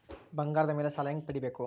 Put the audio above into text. ಬಂಗಾರದ ಮೇಲೆ ಸಾಲ ಹೆಂಗ ಪಡಿಬೇಕು?